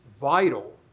vital